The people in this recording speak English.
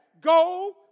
Go